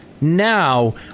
now